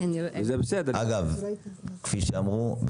כפי שאמרו,